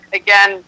again